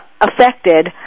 affected